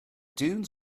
dunes